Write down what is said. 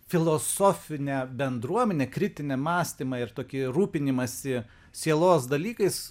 filosofinę bendruomenę kritinį mąstymą ir tokį rūpinimąsi sielos dalykais